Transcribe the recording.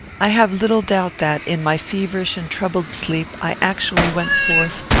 i have little doubt that, in my feverish and troubled sleep, i actually went forth,